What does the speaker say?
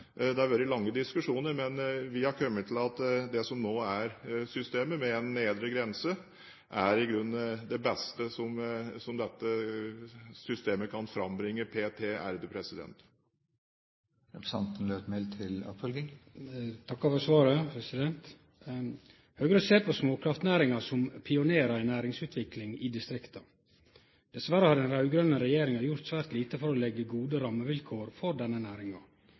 Det har vært lange diskusjoner, men vi har kommet til at det som nå er systemet, med en nedre grense, i grunnen er det beste som dette systemet kan frambringe p.t. Eg takkar for svaret. Høgre ser på småkraftnæringa som pioner i næringsutvikling i distrikta. Dessverre har den raud-grøne regjeringa gjort svært lite for å leggje gode rammevilkår for denne næringa.